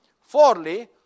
Fourthly